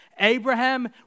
Abraham